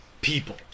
people